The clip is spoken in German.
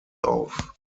auf